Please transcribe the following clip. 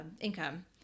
income